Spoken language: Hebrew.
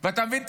אתה מבין?